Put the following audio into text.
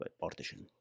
partition